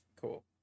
Cool